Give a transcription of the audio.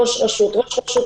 ד"ר ענת,